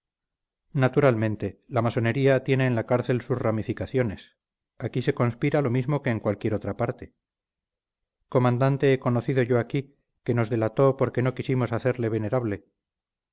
naturalmente la masonería tiene en la cárcel sus ramificaciones aquí se conspira lo mismo que en cualquier otra parte comandante he conocido yo aquí que nos delató porque no quisimos hacerle venerable